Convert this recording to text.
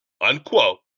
Unquote